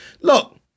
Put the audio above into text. Look